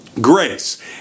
grace